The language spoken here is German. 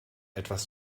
etwas